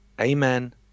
Amen